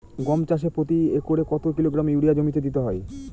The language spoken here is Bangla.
গম চাষে প্রতি একরে কত কিলোগ্রাম ইউরিয়া জমিতে দিতে হয়?